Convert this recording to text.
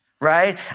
right